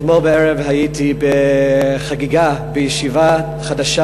אתמול בערב הייתי בחגיגה בישיבה חדשה